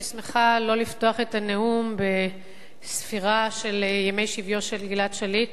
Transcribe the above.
אני שמחה לא לפתוח את הנאום בספירה של ימי שביו של גלעד שליט,